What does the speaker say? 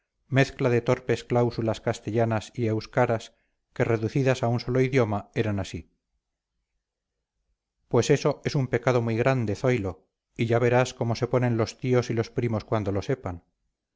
mezcla de torpes cláusulas castellanas y euskaras que reducidas a un solo idioma eran así pues eso es un pecado muy grande zoilo y ya verás cómo se ponen los tíos y los primos cuando lo sepan